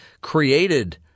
created